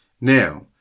Now